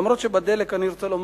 אף-על-פי שבעניין הדלק אני רוצה להיות